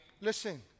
Listen